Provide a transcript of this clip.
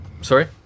Sorry